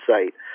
Site